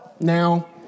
Now